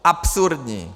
Absurdní!